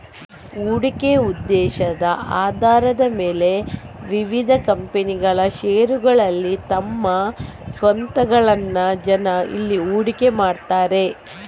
ಹೂಡಿಕೆ ಉದ್ದೇಶದ ಆಧಾರದ ಮೇಲೆ ವಿವಿಧ ಕಂಪನಿಗಳ ಷೇರುಗಳಲ್ಲಿ ತಮ್ಮ ಸ್ವತ್ತುಗಳನ್ನ ಜನ ಇಲ್ಲಿ ಹೂಡಿಕೆ ಮಾಡ್ತಾರೆ